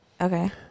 Okay